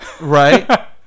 Right